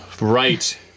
Right